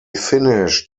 finished